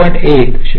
1 तर 1